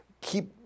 keep